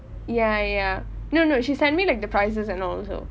ya ya no no she sent me like the prices all also